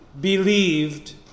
believed